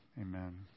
amen